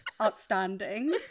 outstanding